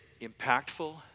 impactful